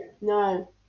no